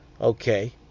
Okay